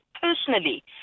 personally